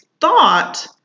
thought